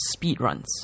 speedruns